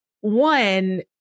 one